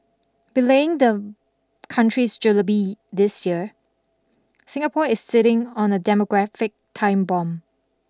belaying the country's julebee this year Singapore is sitting on a demographic time bomb